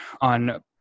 on